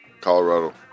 Colorado